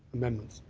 amendments.